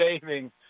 saving